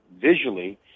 visually